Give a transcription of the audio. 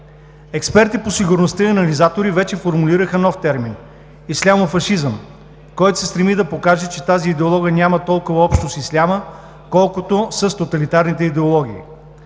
Експерти по сигурността и анализатори вече формулираха нов термин – „ислямофашизъм“, който се стреми да покаже, че тази идеология няма толкова общо с исляма, колкото с тоталитарните идеологии.